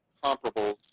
Comparable